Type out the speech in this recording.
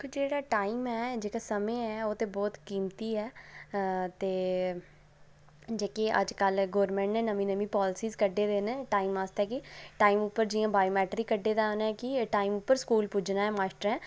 दिक्खो जेह्ड़ा टाइम ऐ जेह्का समें ऐ ओह् ते बहुत कीमती ऐ ते जेह्की अजकल गौरमैंट नै नमीं नमीं पालसियां कड्ढी दियां न टाइम आस्तै कि टाइम उप्पर जि'यां बायोमैट्रिक कड्ढे दा उ'नें कि एह् टाइम उप्पर स्कूल पुज्जना ऐ मास्टरें